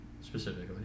specifically